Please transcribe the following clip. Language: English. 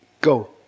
Go